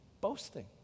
boasting